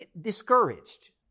discouraged